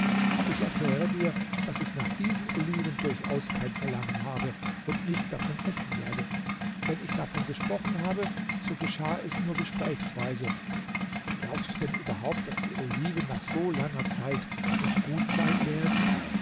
ich erkläre dir daß ich nach diesen oliven durchaus kein verlangen habe und nicht davon essen werde wenn ich davon gesprochen habe so geschah es nur gesprächsweise glaubst du denn überhaupt daß die oliven nach so langer zeit noch gut sein werden